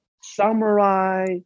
samurai